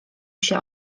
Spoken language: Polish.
się